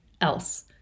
else